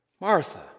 Martha